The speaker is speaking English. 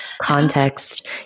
context